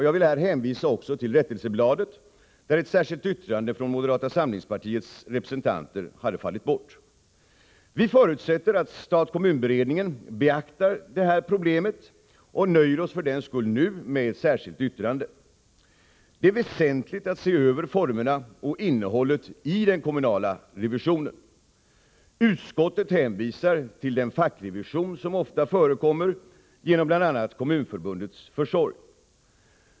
Jag vill här hänvisa till rättelsebladet. Ett särskilt yttrande från moderata samlingspartiets representanter hade fallit bort. Vi förutsätter att stat kommun-beredningen beaktar det här problemet och nöjer oss därför nu med ett särskilt yttrande. Det är väsentligt att se över formerna för och innehållet i den kommunala revisionen. Utskottet hänvisar till den fackrevision som ofta förekommer genom bl.a. Kommunförbundets försorg.